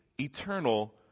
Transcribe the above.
eternal